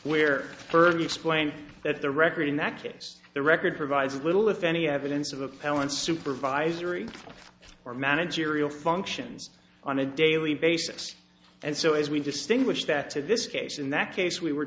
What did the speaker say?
where further explained that the record in that case the record provides little if any evidence of appellant supervisory or managerial functions on a daily basis and so as we distinguish that to this case in that case we were